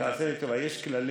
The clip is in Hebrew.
תעשה לי טובה, יש כללים.